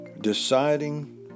deciding